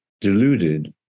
deluded